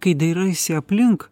kai dairaisi aplink